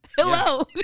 Hello